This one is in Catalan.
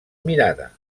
mirada